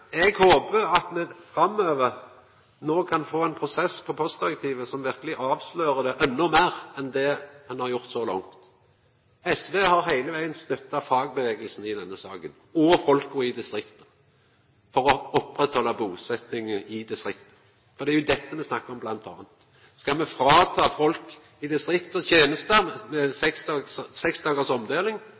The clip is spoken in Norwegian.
Eg håpar at me framover kan få ein prosess om postdirektivet som verkeleg avslører det endå meir enn det ein har gjort så langt. SV har heile vegen støtta fagrørsla, og folka i distrikta, i denne saka, for å oppretthalda busetjinga i distrikta. Det er bl.a. dette me snakkar om. Skal me ta frå folk tenester, med seks dagars omdeling,